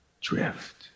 drift